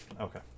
Okay